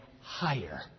higher